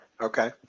okay